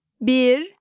bir